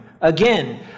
Again